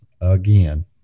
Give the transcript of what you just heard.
again